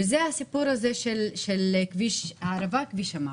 וזה הסיפור של כביש הערבה, כביש המוות.